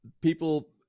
people